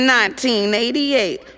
1988